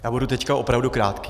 Já budu teď opravdu krátký.